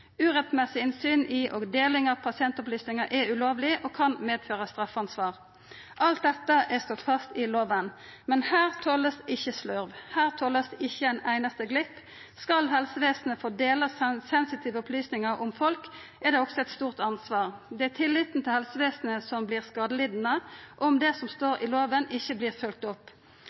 Urettmessig innsyn i og deling av pasientopplysningar er ulovleg og kan medføra straffansvar. Alt dette er slått fast i loven, men her tolest ikkje slurv, her tolest ikkje ein einaste glipp. Skal helsevesenet få dela sensitive opplysningar om folk, er det også eit stort ansvar. Det er tilliten til helsevesenet som vert skadelidande om det som står i loven, ikkje vert følgt opp.